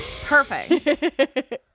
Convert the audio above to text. Perfect